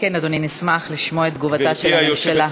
אדוני, נשמח לשמוע את תגובתה של הממשלה.